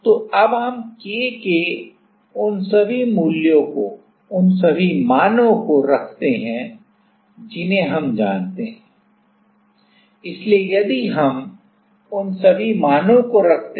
तो अब हम K के उन सभी मूल्यों को रखते हैं जिन्हें हम जानते हैं